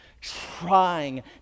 trying